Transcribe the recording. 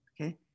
Okay